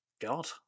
God